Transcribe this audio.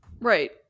Right